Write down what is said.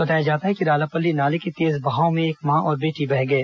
बताया जाता है कि रालापल्ली नाले के तेज बहाव में एक मां और बेटी बह गए